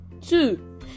Two